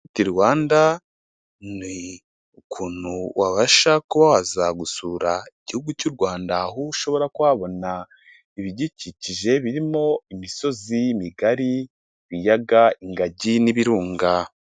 Visit Rwanda ni ukuntu wabasha kuba waza gusura igihugu cy'u Rwanda aho ushobora kuba wabona ibidukikije birimo: imisozi migari, ibiyaga, ingagi n'ibirunga.